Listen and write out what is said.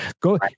go